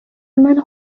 منو